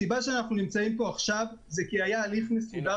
הסיבה שאנחנו נמצאים פה עכשיו זה כי היה הליך מסודר